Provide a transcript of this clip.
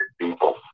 people